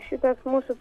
šitas mūsų